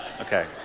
Okay